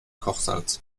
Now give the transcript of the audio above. kochsalz